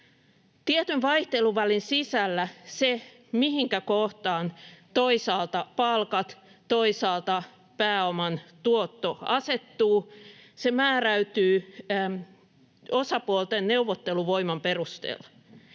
Tietyn vaihteluvälin sisällä se, mihinkä kohtaan toisaalta palkat, toisaalta pääoman tuotto asettuu, määräytyy osapuolten neuvotteluvoiman perusteella.